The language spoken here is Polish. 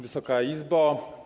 Wysoka Izbo!